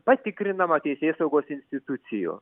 patikrinama teisėsaugos institucijų